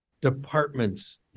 departments